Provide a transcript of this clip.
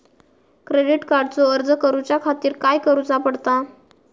Credit कार्डचो अर्ज करुच्या खातीर काय करूचा पडता?